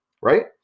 right